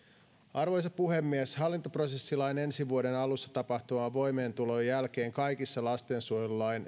arvoisa puhemies hallintoprosessilain ensi vuoden alussa tapahtuvan voimaantulon jälkeen kaikissa lastensuojelulain